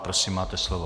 Prosím, máte slovo.